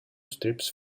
strips